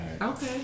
Okay